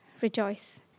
rejoice